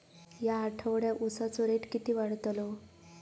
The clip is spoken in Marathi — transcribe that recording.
या आठवड्याक उसाचो रेट किती वाढतलो?